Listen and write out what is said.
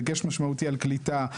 דגש משמעותי על קליטה.